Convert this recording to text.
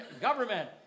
government